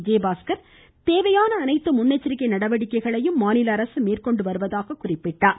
விஜயபாஸ்கர் தேவையான அனைத்து முன்னெச்சரிக்கை நடவடிக்கைகளையும் மாநில அரசு மேற்கொண்டு வருவதாகக் கூறினார்